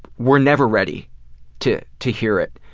were never ready to to hear it.